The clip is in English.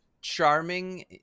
charming